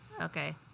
okay